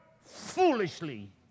foolishly